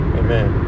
amen